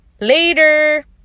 Later